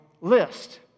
list